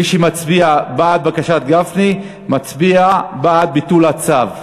מי שמצביע בעד בקשת גפני מצביע בעד ביטול הצו.